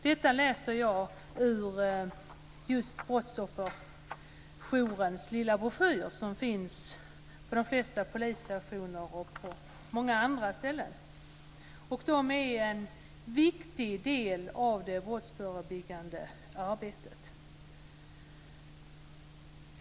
Detta framgår av Brottsofferjourens lilla broschyr som finns på de flesta polisstationer och på många andra ställen. Jouren utgör en viktig del i det brottsförebyggande arbetet.